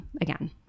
Again